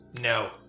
No